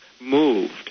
moved